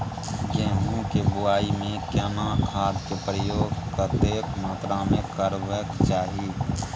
गेहूं के बुआई में केना खाद के प्रयोग कतेक मात्रा में करबैक चाही?